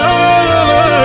love